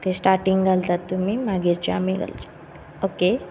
okay starting घालतात तुमी मागीरचें आमी घालचें ओके